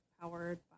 powered